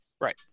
right